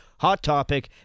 HOTTOPIC